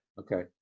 Okay